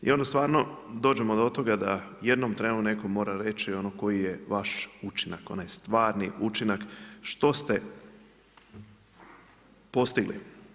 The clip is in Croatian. I onda stvarno dođemo do toga da u jednom trenu netko mora reći koji je vaš učinak, onaj stvarni učinak što ste postigli.